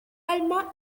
alma